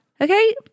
okay